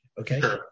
okay